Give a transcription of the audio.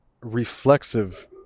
reflexive